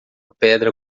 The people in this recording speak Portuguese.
pedra